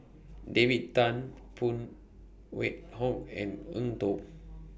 David Tham Phan Wait Hong and Eng Tow